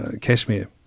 Kashmir